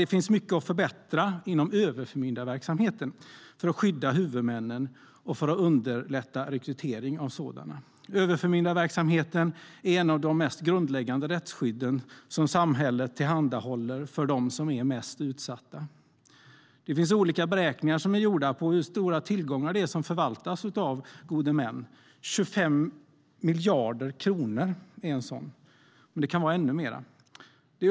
Det finns mycket att förbättra inom överförmyndarverksamheten för att skydda huvudmännen och för att underlätta rekrytering av sådana. Överförmyndarverksamheten är en av de mest grundläggande rättsskydden som samhället tillhandahåller för dem som är mest utsatta. Det finns beräkningar av hur stora tillgångar som förvaltas av gode män. 25 miljarder kronor är en beräkning, men det kan vara ännu mer.